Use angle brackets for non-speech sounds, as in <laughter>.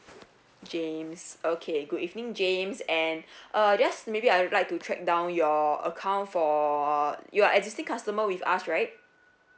james okay good evening james and <breath> uh yes maybe I would like to track down your account for you're existing customer with us right